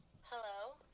Hello